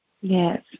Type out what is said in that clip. Yes